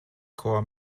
core